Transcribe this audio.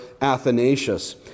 Athanasius